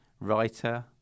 writer